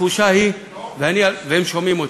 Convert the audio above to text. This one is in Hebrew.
התחושה היא, והם שומעים אותי,